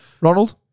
Ronald